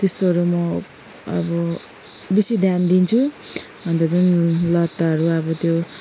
त्यस्तोहरू म अब बेसी ध्यान दिन्छु अन्त चाहिँ नि लताहरू अब त्यो